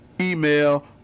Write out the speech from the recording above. email